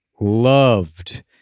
loved